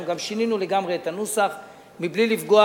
אנחנו גם שינינו לגמרי את הנוסח מבלי לפגוע